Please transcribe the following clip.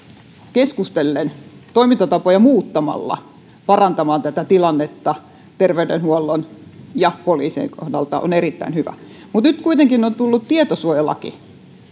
keskustellen toimintatapoja muuttamalla parantamaan tätä tilannetta terveydenhuollon ja poliisin kohdalta on erittäin hyvä mutta nyt kuitenkin on tullut tietosuojalaki tai